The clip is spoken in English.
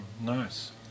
Nice